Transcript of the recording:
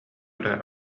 эрэ